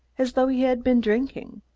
as though he had been drinking.